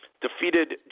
defeated